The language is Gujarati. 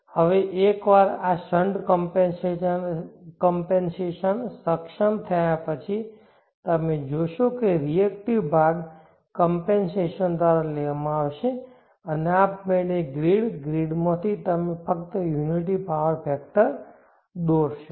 હવે એકવાર આ શંટ કમ્પૅન્સેશન સક્ષમ થયા પછી તમે જોશો કે રિએકટીવ ભાગ કમ્પૅન્સેશન દ્વારા લેવામાં આવશે અને આપમેળે ગ્રીડ ગ્રીડમાંથી તમે ફક્ત યુનિટી પાવર ફેકટર દોરશો